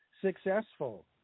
successful